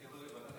לוועדת